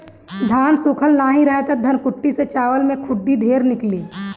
धान सूखल ना रही त धनकुट्टी से चावल में खुद्दी ढेर निकली